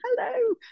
hello